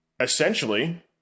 essentially